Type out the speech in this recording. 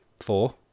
four